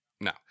No